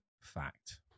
fact